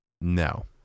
No